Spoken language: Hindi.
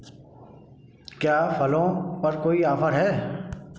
क्या फलों पर कोई ऑफर है